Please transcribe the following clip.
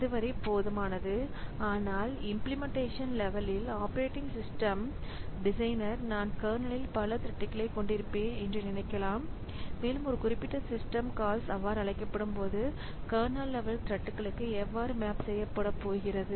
அது வரை போதுமானது ஆனால் இம்பிளிமெண்டேஷன் லெவலில் ஆப்பரேட்டிங் சிஸ்டம் டிசைனர் நான் கர்னலில் பல த்ரெட்களைக் கொண்டிருப்பேன் என்று நினைக்கலாம் மேலும் ஒரு குறிப்பிட்ட சிஸ்டம் கால்ஸ் அவ்வாறு அழைக்கப்படும்போது கர்னல் லெவல் த்ரெட்களுக்கு எவ்வாறு மேப் செய்யப்படப் போகிறது